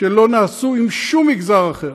שלא נעשו עם שום מגזר אחר,